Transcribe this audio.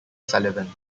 sullivan